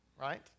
Right